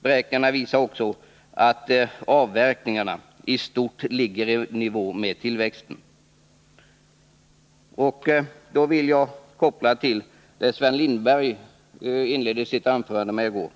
Beräkningarna visar också att avverkningarna i stort sett ligger i nivå med tillväxten. Jag vill här knyta an till vad Sven Lindberg i går inledde sitt anförande med.